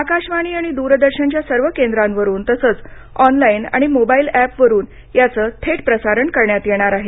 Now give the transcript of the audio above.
आकाशवाणी आणि द्रदर्शनच्या सर्व केंद्रावरून तसंच ऑनलाईन आणि मोबाईल एपवरून याचं थेट प्रसारण करण्यात येणार आहे